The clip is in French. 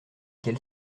quel